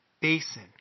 basin